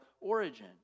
origin